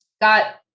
got